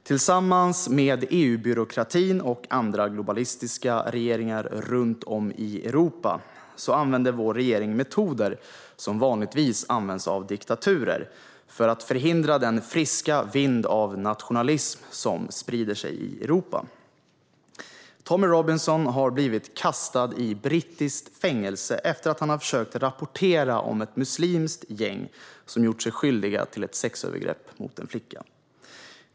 Tillsammans med EU-byråkratin och andra globalistiska regeringar runt om i Europa använder vår regering metoder som vanligtvis används av diktaturer för att förhindra den friska vind av nationalism som sprider sig i Europa. Tommy Robinson har kastats i brittiskt fängelse efter att han har försökt rapportera om ett muslimskt gäng som gjort sig skyldigt till ett sexövergrepp mot en flicka.